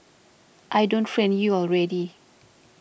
I don't friend you already